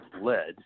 led